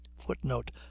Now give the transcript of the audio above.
footnote